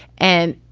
and,